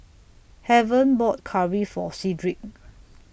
Heaven bought Curry For Cedric